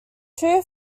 two